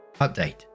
update